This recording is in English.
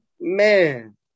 man